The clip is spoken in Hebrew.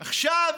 עכשיו,